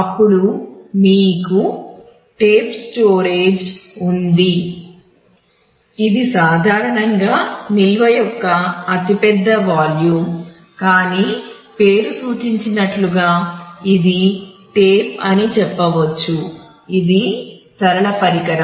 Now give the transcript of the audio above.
అప్పుడు మీకు tape storage కానీ పేరు సూచించినట్లుగా ఇది టేప్ అని చెప్పవచ్చు ఇది సరళ పరికరం